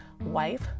wife